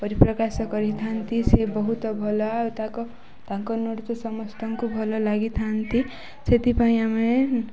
ପରିପ୍ରକାଶ କରିଥାନ୍ତି ସେ ବହୁତ ଭଲ ଆଉ ତାଙ୍କ ତାଙ୍କ ନୃତ୍ୟ ସମସ୍ତଙ୍କୁ ଭଲ ଲାଗିଥାନ୍ତି ସେଥିପାଇଁ ଆମେ